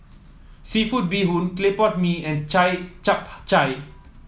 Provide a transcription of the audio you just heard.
seafood Bee Hoon Clay Pot Mee and chai Chap Chai